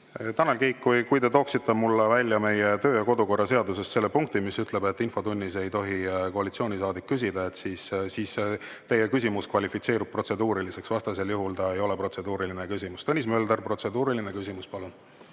Tanel Kiik, kui te tooksite mulle välja meie [kodu‑ ja töö]korra seadusest selle punkti, mis ütleb, et infotunnis ei tohi koalitsioonisaadik küsida, siis teie küsimus kvalifitseerub protseduuriliseks. Vastasel juhul ta ei ole protseduuriline küsimus. Tõnis Mölder, protseduuriline küsimus, palun!